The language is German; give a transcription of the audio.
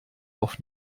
auf